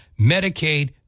Medicaid